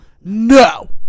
No